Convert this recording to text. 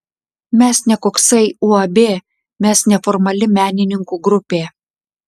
mes ne koksai uab mes neformali menininkų grupė